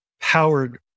powered